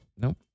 Nope